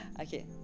Okay